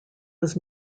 was